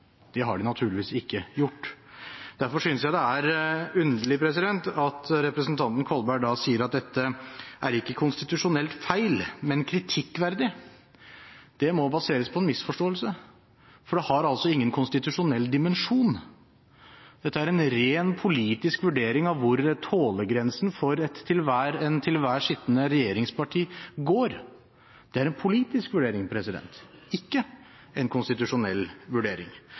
Det har de naturligvis ikke gjort. Derfor synes jeg det er underlig at representanten Kolberg sier at dette ikke er konstitusjonelt feil, men kritikkverdig. Det må baseres på en misforståelse, for det har ingen konstitusjonell dimensjon. Dette er en rent politisk vurdering av hvor tålegrensen for et til enhver tid sittende regjeringsparti går. Det er en politisk vurdering – ikke en konstitusjonell vurdering.